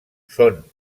són